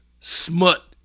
smut